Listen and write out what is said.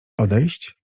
odejść